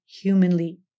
humanly